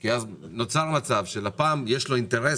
כי נוצר מצב שללפ"מ יש אינטרס